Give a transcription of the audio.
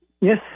yes